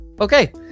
Okay